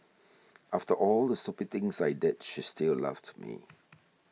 after all the stupid things I did she still loved me